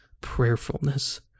prayerfulness